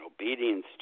obedience